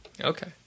Okay